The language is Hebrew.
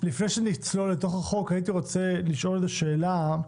לפני שנצלול לתוך החוק, הייתי רוצה לשאול שאלה.